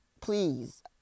Please